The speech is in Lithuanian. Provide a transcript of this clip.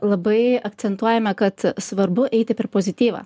labai akcentuojame kad svarbu eiti per pozityvą